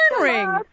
ring